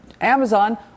Amazon